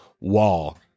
wall